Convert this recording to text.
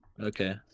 Okay